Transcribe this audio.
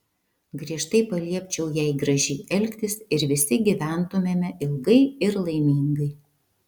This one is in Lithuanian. griežtai paliepčiau jai gražiai elgtis ir visi gyventumėme ilgai ir laimingai